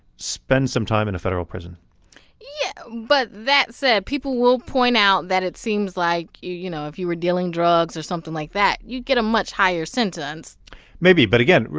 spend some time in a federal prison yeah. but that said, people will point out that it seems like, you know, if you were dealing drugs or something like that, you'd get a much higher sentence maybe. but again,